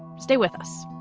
stay with us